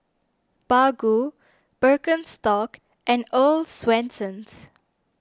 Baggu Birkenstock and Earl's Swensens